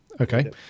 Okay